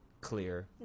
clear